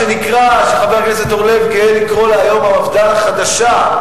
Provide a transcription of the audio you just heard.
שחבר הכנסת אורלב גאה לקרוא לה היום מפד"ל החדשה,